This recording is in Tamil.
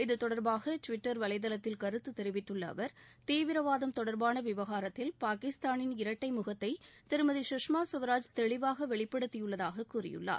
இத்தொடர்பாக டுவிட்டர் வலைதளத்தில் கருத்து தெரிவித்துள்ள அவர் தீவிரவாதம் தொடர்பான விவகாரத்தில் பாகிஸ்தானின் இரட்டை முகத்தை திருமதி சுஷ்மா ஸ்வராஜ் தெளிவாக வெளிப்படுத்தியுள்ளதாக கூறியுள்ளார்